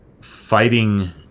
fighting